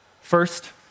First